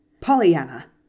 Pollyanna